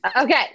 Okay